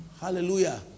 Hallelujah